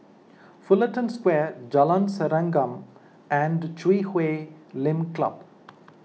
Fullerton Square Jalan Serengam and Chui Huay Lim Club